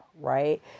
right